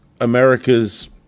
America's